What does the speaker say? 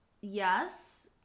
Yes